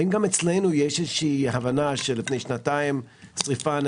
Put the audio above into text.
גם אצלנו יש איזושהי הבנה של זה ואנחנו זוכרים את השריפה